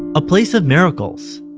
a place of miracles,